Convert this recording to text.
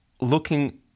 looking